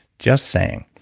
just saying